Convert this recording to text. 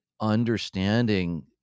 understanding